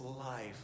life